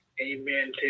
Amen